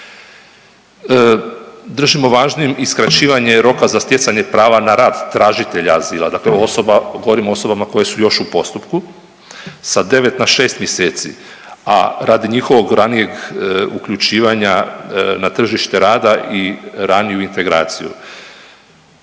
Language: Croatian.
Držimo važnim i skraćivanje roka za stjecanje prava na rad tražitelja azila. Dakle, govorim o osobama koje su još u postupku sa 9 na 6 mjeseci, a radi njihovog ranijeg uključivanja na tržište rada i raniju integraciju.